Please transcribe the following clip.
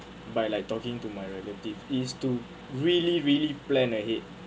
by like talking to my relative is to really really plan ahead